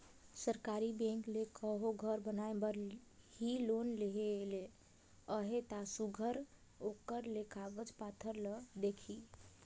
सरकारी बेंक ले कहों घर बनाए बर ही लोन लेहे ले अहे ता सुग्घर ओकर ले कागज पाथर ल देखही